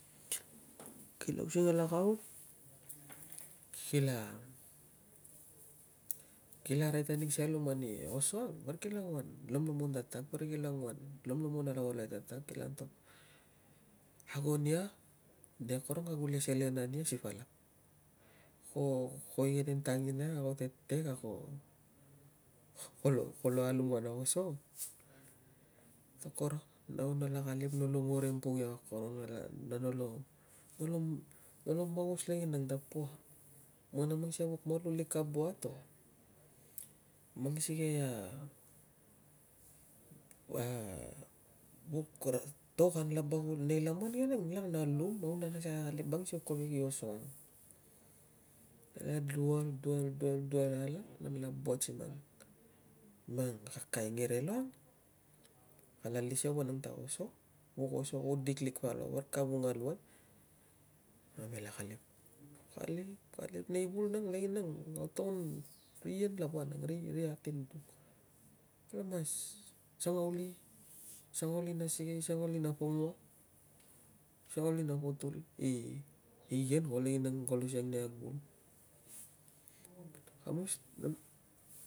Kila using alak a aut, kila, kila arai tapai nig si alum ani oso ang, parik kila anguan lomlomon tatag, parik kila nguan lomlomon alava luai tatag, kila antok, "ago nia, nia akorong ka gule selen ania si palak. Ko, ko igenen tanginang, a ko tetek a ko kolo alum kana oso". Koro nau nala kalip, nolo ngorem pok iau akorong, na nolo, nolo magus lenginang ta pua man a mang sikei a vuk malu lik ka buat or mang sikei a vuk to kan la bangun nei laman ke nang, nginlak na lum au na saka kalip vang sio kovek i oso ang. Na dual, dual, dual alak nan la buat si mang, mang kakai ngerelo ang, kala alis iau vanang ta oso, vuk oso kudik lik palau, parik ka vunga luai, namela kalip. Kalip, kalip nei vul nang leninang nang, ko togon ri ien lava nang, ri atin duk, kolo mas sangauli, sangauli na sikei, sangauli na pongua, sangauli na potul i, i, ien ko lenginang kolo siang nei kag vul. kamus nem